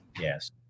Yes